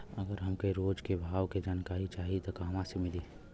अगर हमके रोज के भाव के जानकारी चाही त कहवा से मिली?